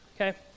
okay